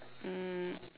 um